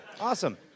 Awesome